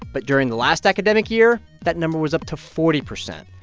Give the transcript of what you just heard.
but during the last academic year, that number was up to forty percent.